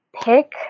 pick